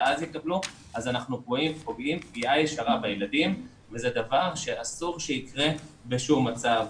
אנחנו פוגעים פגיעה ישירה בילדים וזה דבר שאסור שיקרה בשום מצב.